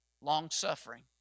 Long-suffering